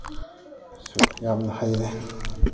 ꯁꯨ ꯌꯥꯝꯅ ꯍꯩꯔꯦ